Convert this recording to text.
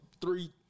three